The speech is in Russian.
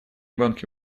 гонки